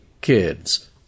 kids